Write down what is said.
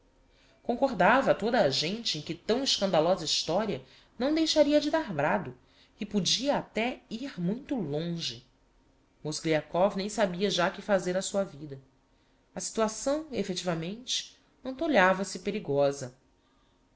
concordava toda a gente em que tão escandalosa historia não deixaria de dar brado e podia até ir muito longe mozgliakov nem sabia já que fazer á sua vida a situação effectivamente antolhava se perigosa